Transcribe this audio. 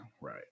Right